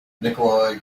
nikolai